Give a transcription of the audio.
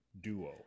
duo